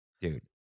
dude